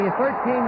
13